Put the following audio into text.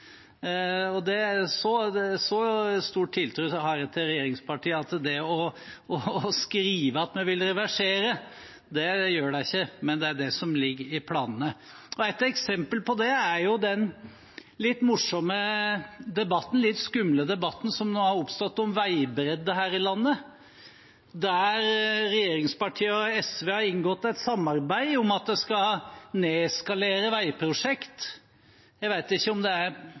Så stor tiltro har jeg til regjeringspartiene at det å skrive at en vil reversere, gjør en ikke, men det er det som ligger i planene. Et eksempel på det er den litt morsomme debatten, den litt skumle debatten, som har oppstått om veibredde her i landet, der regjeringspartiene og SV har inngått et samarbeid om at en skal nedskalere veiprosjekt. Jeg vet ikke, det er sikkert ikke på grunn av trafikksikkerhet, men det er